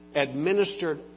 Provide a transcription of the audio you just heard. administered